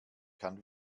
kann